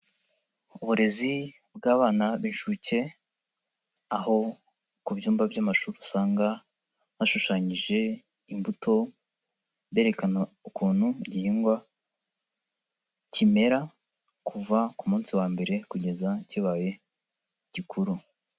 Uburezi bw'abana b'inshuke, aho ku byumba by'amashuri usanga hashushanyije imbuto, berekana ukuntu igihingwa kimera, kuva ku munsi wa mbere kugeza kibaye gikuru.